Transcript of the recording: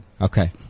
okay